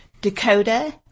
Dakota